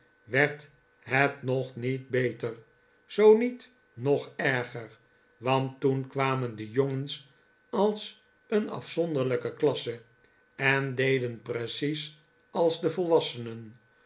werd het nog niet beter zoo niet nog erger want toen kwamen de jongens als een afzonderlijke klasse en deden precies als de volwassenen